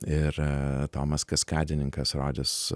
ir tomas kaskadininkas rodys